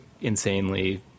insanely